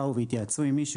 באו והתייעצו עם משהו,